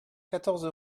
quatorze